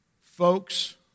folks